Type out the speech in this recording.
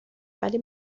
ولی